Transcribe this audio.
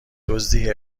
دزدی